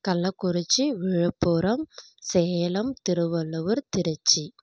Kallakurichi Viluppuram Salem Tiruvallur Trichy